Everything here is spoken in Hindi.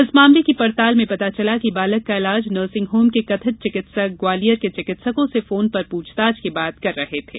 इस मामले की पड़ताल में पता चला कि बालक का इलाज नर्सिंग होम के कथित चिकित्सक ग्वालियर के चिकित्सकों से फोन पर पूछताछ के बाद कर रहे थे